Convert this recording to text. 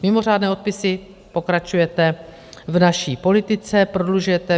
Mimořádné odpisy pokračujete v naší politice, prodlužujete.